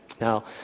now